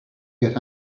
get